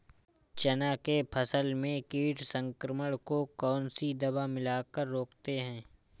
चना के फसल में कीट संक्रमण को कौन सी दवा मिला कर रोकते हैं?